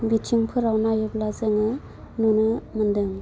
बिथिंफोराव नायोब्ला जोङो नुनो मोन्दों